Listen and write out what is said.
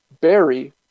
Barry